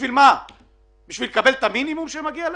בשביל לקבל את המינימום שמגיע להם,